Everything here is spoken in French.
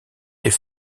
est